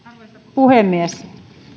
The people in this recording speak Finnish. puhemies